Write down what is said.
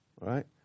right